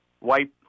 wipe